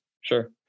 sure